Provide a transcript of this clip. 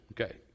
Okay